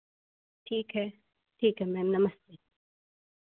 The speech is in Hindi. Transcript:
ठीक है ठीक है मैम नमस्ते